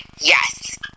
Yes